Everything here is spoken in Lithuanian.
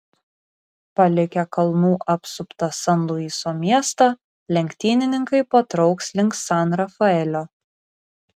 palikę kalnų apsuptą san luiso miestą lenktynininkai patrauks link san rafaelio